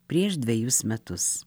prieš dvejus metus